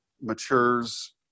matures